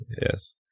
Yes